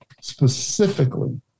specifically